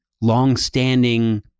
longstanding